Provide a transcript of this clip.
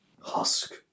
husk